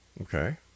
Okay